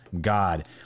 God